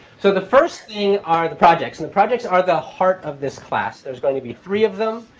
so the first thing are the projects. and the projects are the heart of this class. there's going to be three of them.